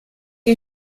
que